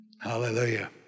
Hallelujah